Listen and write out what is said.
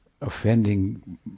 offending